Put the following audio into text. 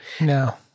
No